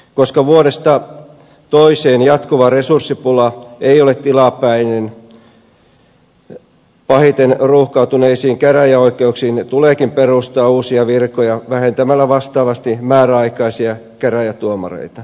koska vuodesta toiseen jatkuva resurssipula ei ole tilapäinen pahiten ruuhkautuneisiin käräjäoikeuksiin tuleekin perustaa uusia virkoja vähentämällä vastaavasti määräaikaisia käräjätuomareita